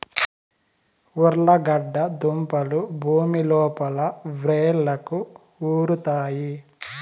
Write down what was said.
ఉర్లగడ్డ దుంపలు భూమి లోపల వ్రేళ్లకు ఉరుతాయి